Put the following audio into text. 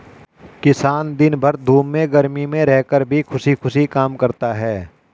किसान दिन भर धूप में गर्मी में रहकर भी खुशी खुशी काम करता है